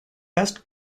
best